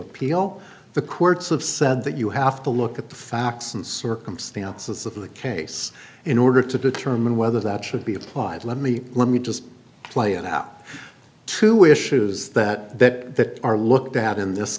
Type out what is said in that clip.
appeal the courts have said that you have to look at the facts and circumstances of the case in order to determine whether that should be applied let me let me just play it out to issues that that are looked at in this